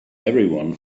everyone